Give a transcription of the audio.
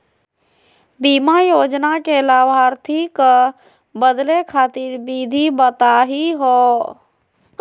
बीमा योजना के लाभार्थी क बदले खातिर विधि बताही हो?